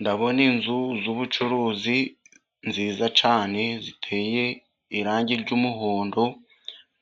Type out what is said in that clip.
Ndabona inzu z'ubucuruzi nziza cyane, ziteye irangi ry'umuhondo,